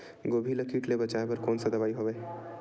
गोभी ल कीट ले बचाय बर कोन सा दवाई हवे?